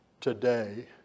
today